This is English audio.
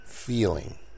feeling